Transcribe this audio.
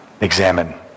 examine